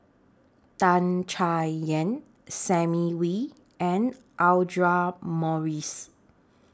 Tan Chay Yan Simon Wee and Audra Morrice